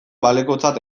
balekotzat